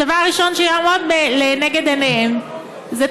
הדבר הראשון שיעמוד לנגד עיניהם זה: